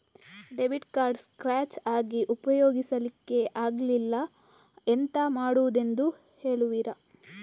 Debit card scratch ಆಗಿ ಉಪಯೋಗಿಸಲ್ಲಿಕ್ಕೆ ಆಗ್ತಿಲ್ಲ, ಎಂತ ಮಾಡುದೆಂದು ಹೇಳುವಿರಾ?